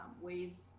ways